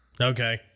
Okay